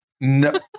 no